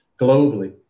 globally